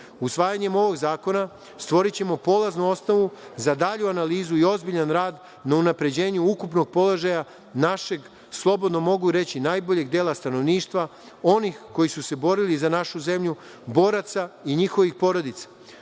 Srbije. Usvajanjem ovog zakona stvorićemo polaznu osnovu za dalju analizu i ozbiljan rad na unapređenju ukupnog položaja našeg, slobodno mogu reći, najboljeg dela stanovništva, onih koji su se borili za našu zemlju, boraca i njihovih porodica. Ova